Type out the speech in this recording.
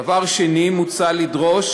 דבר שני, מוצע לדרוש